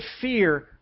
fear